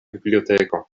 biblioteko